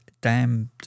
damned